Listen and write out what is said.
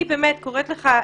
אני קוראת לך,